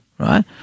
Right